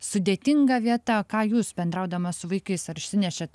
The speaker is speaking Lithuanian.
sudėtinga vieta o ką jūs bendraudamas su vaikais ar išsinešėt